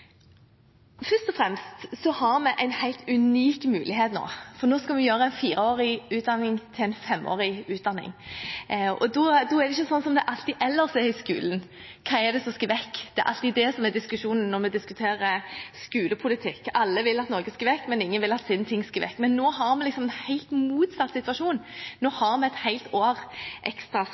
Først og fremst har vi en helt unik mulighet nå, for nå skal vi gjøre en fireårig utdanning til en femårig utdanning. Da er det ikke som det alltid ellers er i skolen: Hva er det som skal vekk? Det er alltid det som er diskusjonen når vi diskuterer skolepolitikk. Alle vil at noe skal vekk, men ingen vil at deres ting skal vekk. Nå har vi helt motsatt situasjon. Nå har vi et helt år ekstra